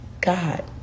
God